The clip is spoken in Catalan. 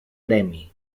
premi